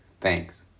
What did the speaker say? Thanks